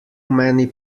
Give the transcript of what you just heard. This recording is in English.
many